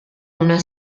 una